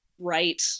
right